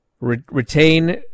retain